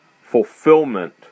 fulfillment